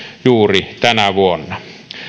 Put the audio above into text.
juuri tänä vuonna